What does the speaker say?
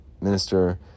minister